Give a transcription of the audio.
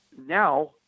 now